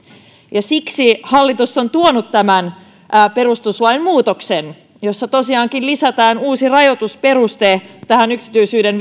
ja siksi hallitus on tuonut tämän perustuslain muutoksen jossa tosiaankin lisätään uusi rajoitusperuste yksityisyyden